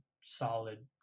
solid